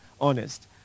honest